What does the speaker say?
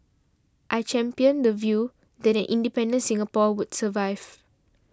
I championed the view that an independent Singapore would survive